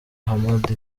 hamad